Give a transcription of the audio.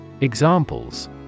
Examples